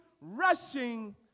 rushing